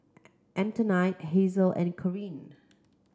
Antionette Hazelle and Caryn